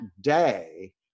day